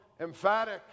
emphatic